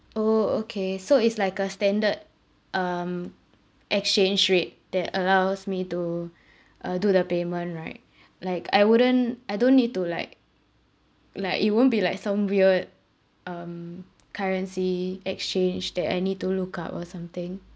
orh okay so is like a standard um exchange rate that allows me to uh do the payment right like I wouldn't I don't need to like like it won't be like some weird um currency exchange that I need to look up or something